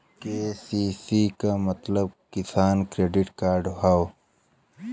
KCC क मतलब किसान क्रेडिट कार्ड हौ